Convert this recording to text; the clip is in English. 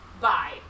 bye